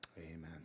Amen